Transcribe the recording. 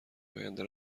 آینده